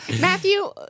Matthew